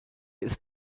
ist